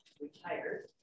retired